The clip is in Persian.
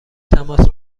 تماس